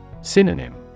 Synonym